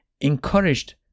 encouraged